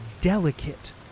delicate